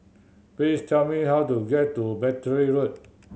please tell me how to get to Battery Road